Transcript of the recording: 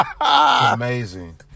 amazing